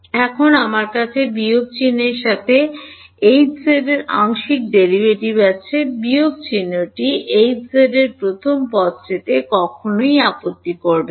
এখন আমার কাছে বিয়োগ চিহ্নের সাথে Hz এর আংশিক ডেরাইভেটিভ আছে বিয়োগ চিহ্নটি Hz প্রথম পদটিকে কখনই আপত্তি করবে না